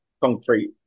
concrete